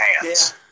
hands